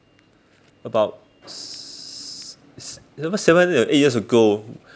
about s~ s~ was it seven or eight years ago